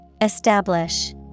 Establish